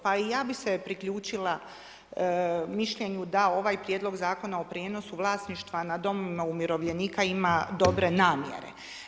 Pa i ja bih se priključila mišljenju da ovaj prijedlog Zakona o prijenosu vlasništva nad domovima umirovljenika ima dobre namjere.